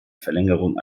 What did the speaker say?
verlängerung